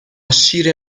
شیر